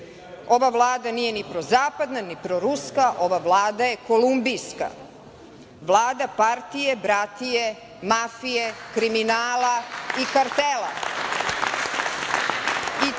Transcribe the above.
Ova Vlada nije ni prozapadna, ni proruska. Ova Vlada je kolumbijska. Vlada partije, bratije, mafije, kriminala i kartela,